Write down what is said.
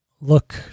look